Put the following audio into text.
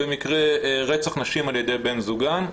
במקרה רצח נשים על ידי בן זוגן,